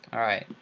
all right,